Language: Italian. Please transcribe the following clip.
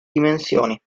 dimensioni